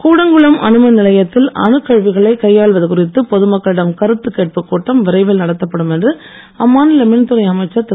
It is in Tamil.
கூடங்குளம் அணுமின் நிலையத்தில் அணுக் கழிவுகளை கையாள்வது குறித்து பொதுமக்களிடம் கருத்து கேட்பு கூட்டம் விரைவில் நடத்தப்படும் என்று அம்மாநில மின்துறை அமைச்சர் திரு